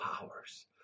powers